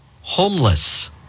homeless